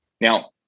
Now